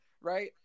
right